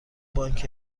بانک